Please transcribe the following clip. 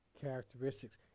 characteristics